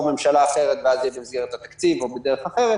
ממשלה אחרת ואז זה יהיה במסגרת התקציב או בדרך אחרת